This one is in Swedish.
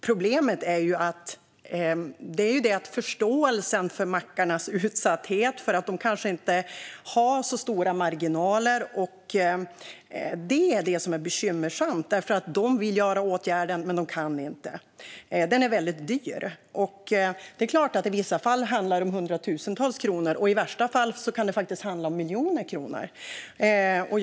Problemet är förståelsen för mackarnas utsatthet, för att de kanske inte har så stora marginaler. Det är det som är bekymmersamt. De vill göra åtgärden, men de kan inte. Den är väldigt dyr. I vissa fall handlar det om hundratusentals kronor, och i värsta fall kan det faktiskt handla om miljoner kronor.